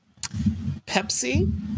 Pepsi